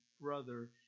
brother